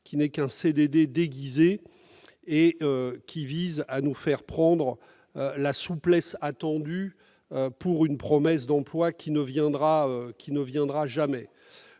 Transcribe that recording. ce n'est qu'un CDD déguisé -, vise à nous faire prendre la souplesse attendue pour une promesse d'emplois, lesquels ne viendront jamais.